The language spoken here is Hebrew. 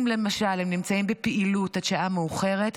אם למשל הם נמצאים בפעילות עד שעה מאוחרת,